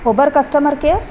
Uber customer care